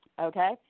okay